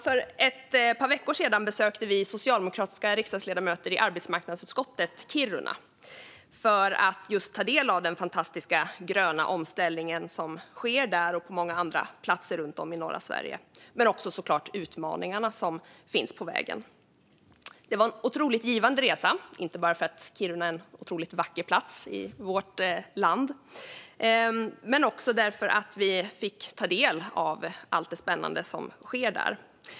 För ett par veckor sedan besökte vi socialdemokratiska riksdagsledamöter i arbetsmarknadsutskottet Kiruna för att just ta del av den fantastiska gröna omställningen som sker där och på många andra platser runt om i norra Sverige men också såklart de utmaningar som finns på vägen. Det var en otroligt givande resa, inte bara för att Kiruna är en otroligt vacker plats i vårt land utan också för att vi fick ta del av allt det spännande som sker där.